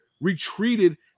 retreated